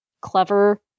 clever